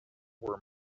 were